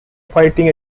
fighting